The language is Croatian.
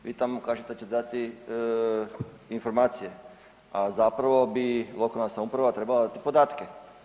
Vi tamo kažete da ćete dati informacije, a zapravo bi lokalna samouprava trebala dati podatke.